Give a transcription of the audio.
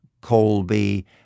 Colby